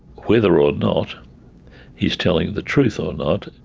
whether or not he is telling the truth or not.